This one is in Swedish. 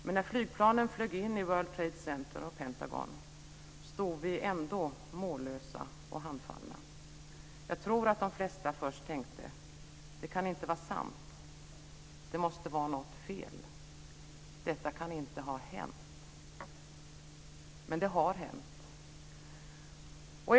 Men när flygplanen flög in i World Trade Center och Pentagon stod vi ändå mållösa och handfallna. Jag tror att de flesta först tänkte: Det kan inte vara sant. Det måste vara något fel. Detta kan inte ha hänt! Men det har hänt.